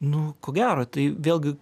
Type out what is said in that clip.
nu ko gero tai vėlgi